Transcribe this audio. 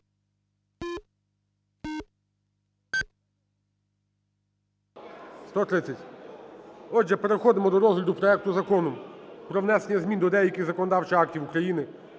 За-130 Отже, переходимо до розгляду проекту Закону про внесення змін до деяких законодавчих актів України